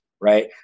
right